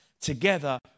Together